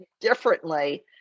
differently